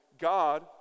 God